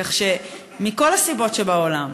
כך שמכל הסיבות שבעולם,